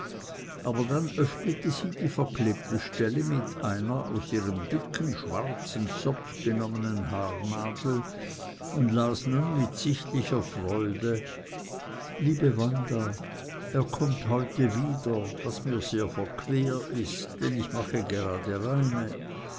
aber öffnete sie die verklebte stelle mit einer aus ihrem dicken schwarzen zopf genommenen haarnadel und las nun mit sichtlicher freude liebe wanda er kommt heute wieder was mir sehr verkwehr is denn ich mache gerade reine